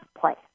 place